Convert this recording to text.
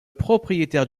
propriétaire